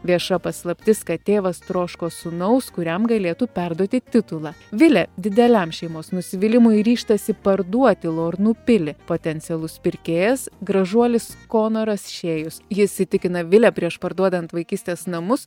vieša paslaptis kad tėvas troško sūnaus kuriam galėtų perduoti titulą vilė dideliam šeimos nusivylimui ryžtasi parduoti lornu pilį potencialus pirkėjas gražuolis konoras šėjus jis įtikina vilę prieš parduodant vaikystės namus